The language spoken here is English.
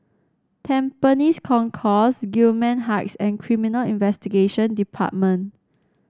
Tampines Concourse Gillman Heights and Criminal Investigation Department